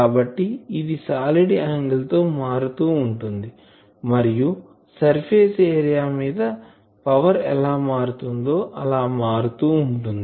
కాబట్టి ఇది solid angle తో మారుతూవుంటుంది మరియు సర్ఫేస్ ఏరియా మీద పవర్ ఎలా మారుతుందో అలా మారుతూ ఉంటుంది